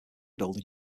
building